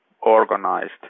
organized